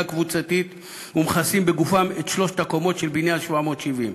הקבוצתית ומכסים בגופם את שלוש הקומות של בניין 770,